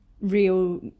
real